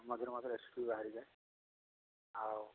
ମଝିରେ ମଝିରେ ଏସିଡ୍ ବାହାରିଯାଏ ଆଉ